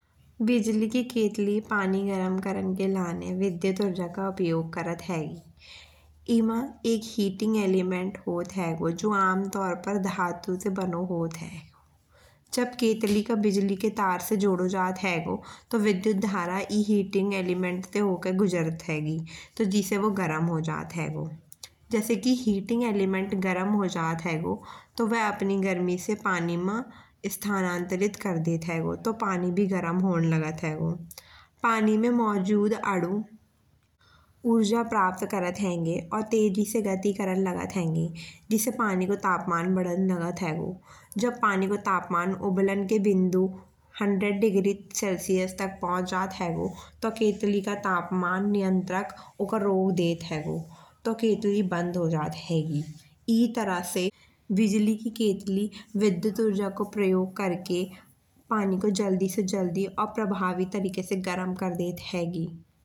बिजली की केतली पानी गरम करण के लाने विद्युत ऊर्जा को उपयोग करत हेगी। एम एक हीटिंग एलिमेंट होत हेगो। जो अमतौर पर धातु से बनों होत है। जब केतली को बिजली के तार से जोड़ों जात हेगो तो विद्युत धारा ई हीटिंग एलिमेंट्स से होके गुजरत हेगी। तो जिसे वो गरम हो जात हेगो। जैसे कि हीटिंग एलिमेंट गरम हो जात हेगो। तो वह अपनी गर्मी से पानी मा स्थानांतरित कर देत हेगो तो पानी भी गरम होन लगत हेगो। पानी मा मौजूद अणु ऊर्जा प्राप्त करत हे और तेजी से गति करण लगत हे। जिसे पानी को तापमान बढ़न लगत हेगो। जब पानी को तापमान उबलन के बिंदु सौ डिग्री सेल्सियस तक पहुँच जात हेगो तो केतली का तापमान नियंत्रक उखो रोक देत हेगो। तो केतली बंद हो जात हेगी। ई तऱा से बिजली की केतली विद्युत ऊर्जा को प्रयोग करके पानी को जल्दी से जल्दी अप्रभावी तरीके से गरम कर देत हेगी।